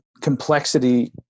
complexity